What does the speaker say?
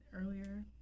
earlier